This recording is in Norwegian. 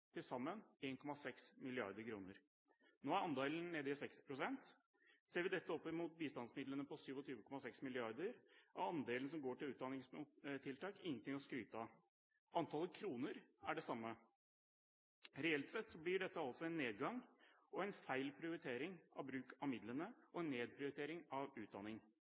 til sammen 1,6 mrd. kr. Nå er andelen nede i 6 pst. Ser vi dette opp mot bistandsmidlene på 27,6 mrd. kr, er andelen som går til utdanningstiltak, ingenting å skryte av. Antallet kroner er det samme. Reelt sett blir dette altså en nedgang, en feil prioritering av bruk av midlene og en nedprioritering av utdanning.